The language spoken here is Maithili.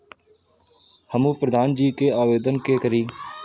हमू प्रधान जी के आवेदन के करी?